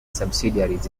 subsidiaries